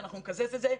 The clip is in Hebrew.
ואנחנו נקזז את זה,